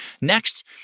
Next